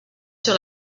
sur